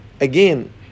again